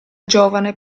giovane